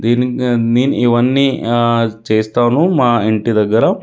దీని ఇ ఇవన్నీ చేస్తాను మా ఇంటి దగ్గర